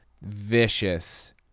Vicious